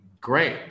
great